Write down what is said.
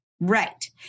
Right